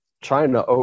China